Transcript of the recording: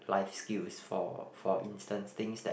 life skills for for instant things that